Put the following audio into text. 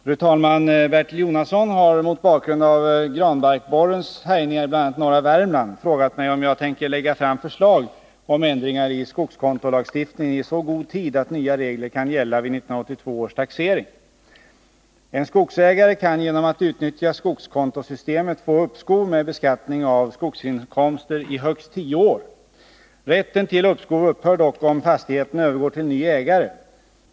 Fru talman! Bertil Jonasson har — mot bakgrund av granbarkborrens härjningar i bl.a. norra Värmland — frågat mig om jag tänker lägga fram förslag om ändringar i skogskontolagstiftningen i så god tid att nya regler kan gälla vid 1982 års taxering. En skogsägare kan genom att utnyttja skogskontosystemet få uppskov med beskattning av skogsinkomster i högst tio år. Rätten till uppskov upphör dock om fastigheten övergår till ny ägare.